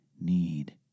need